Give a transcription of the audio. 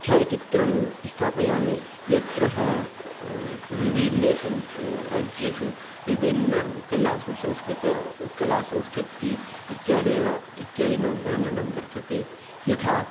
छायाचित्रं स्थापयामि यत्र विभिन्नेषु राज्येषु विभिन्नकलासु संस्कृतकला संस्कृतिः इत्यादेन इत्यादीनां वर्णनं वर्तते यथा